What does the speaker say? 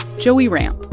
joey ramp.